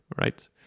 right